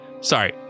Sorry